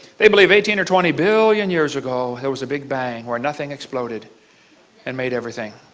they believe eighteen twenty billion years ago there was a big bang. where nothing exploded and made everything.